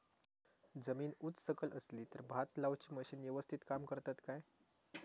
जमीन उच सकल असली तर भात लाऊची मशीना यवस्तीत काम करतत काय?